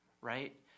right